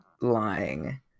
lying